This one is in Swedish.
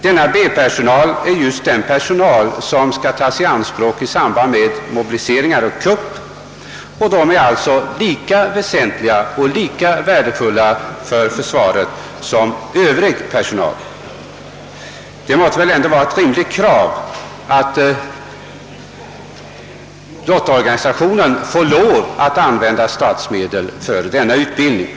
Denna B-personal är sådan personal som skall tas i anspråk vid mobilisering och kupp, och dessa befattningar är lika väsentliga och värdefulla för försvaret som vilken annan som helst. Vi anser det rimligt att lottaoch övriga frivillig organisationer får använda statsmedel för denna utbildning.